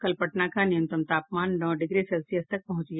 कल पटना का न्यूनतम तापमान नौ डिग्री सेल्सियस तक पहुंच गया